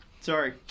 Sorry